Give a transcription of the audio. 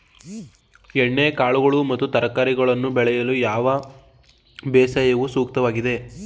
ಎಣ್ಣೆಕಾಳುಗಳು ಮತ್ತು ತರಕಾರಿಗಳನ್ನು ಬೆಳೆಯಲು ಯಾವ ಬೇಸಾಯವು ಸೂಕ್ತವಾಗಿದೆ?